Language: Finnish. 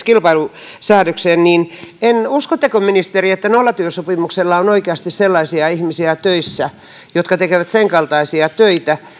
kilpailusäädökseen niin uskotteko ministeri että nollatyösopimuksella on oikeasti töissä sellaisia ihmisiä jotka tekevät sen kaltaisia töitä